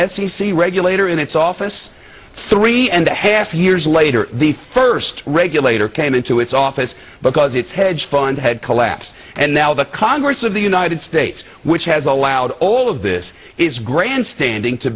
c regulator in its office three and a half years later the first rate later came into its office because its hedge fund had collapsed and now the congress of the united states which has allowed all of this is grandstanding to